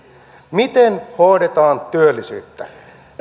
miten hoidetaan työllisyyttä